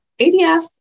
ADF